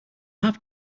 have